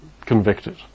convicted